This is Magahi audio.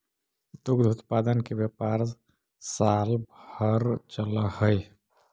दुग्ध उत्पादन के व्यापार साल भर चलऽ हई